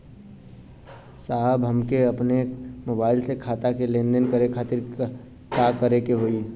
साहब हमके अपने मोबाइल से खाता के लेनदेन करे खातिर का करे के होई?